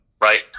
right